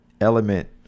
element